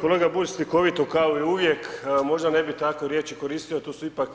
Kolega Bulj slikovito kao i uvijek, možda ne bi takve riječi koristio, to su ipak